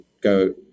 go